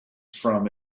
from